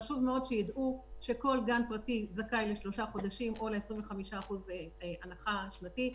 חשוב מאוד שידעו שכל גן פרטי זכאי לשלושה חודשים או ל25% הנחה שנתית.